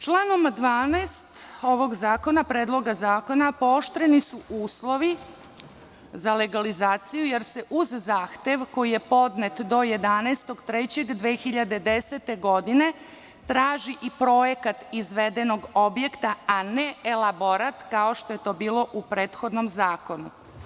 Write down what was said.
Članom 12. ovog zakona pooštreni su uslovi za legalizaciju jer se uz zahtev koji je podnet do 11. marta 2010. godine traži i projekat izvedenog objekta, a ne elaborat kao što je to bilo u prethodnom zakonu.